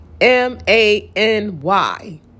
M-A-N-Y